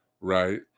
right